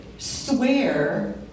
swear